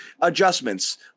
adjustments